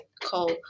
called